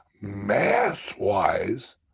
Mass-wise